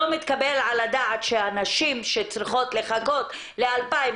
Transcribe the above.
לא מתקבל על הדעת שהנשים שצריכות לחכות ל-2,000,